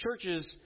churches